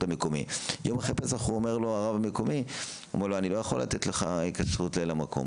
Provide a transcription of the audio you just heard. המקומי אומר לו הרב המקומי: אני לא יכול לתת לך כשרות למקום.